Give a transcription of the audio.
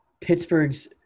Pittsburgh's